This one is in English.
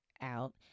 out